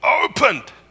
opened